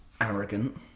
arrogant